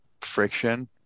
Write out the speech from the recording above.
friction